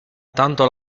tanto